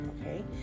okay